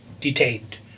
detained